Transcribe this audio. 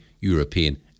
European